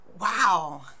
wow